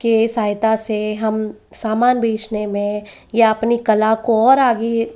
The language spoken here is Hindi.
की सहायता से हम सामान बेचने में या अपनी कला को और आगे